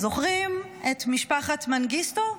זוכרים את משפחת מנגיסטו?